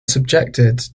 subjected